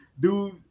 Dude